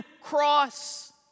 cross